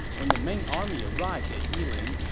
when the main army arrived at yiling,